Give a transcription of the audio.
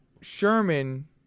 Sherman